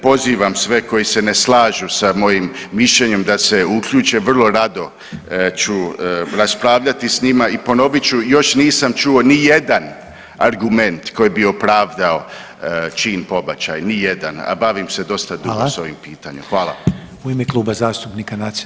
Pozivam sve koji se ne slažu sa mojim mišljenjem da se uključe, vrlo rado ću raspravljati s njima i ponovit ću još nisam čuo ni jedan argument koji bi opravdao čin pobačaja, a bavim se dosta dugo [[Upadica: Hvala.]] s ovim pitanjem.